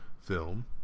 film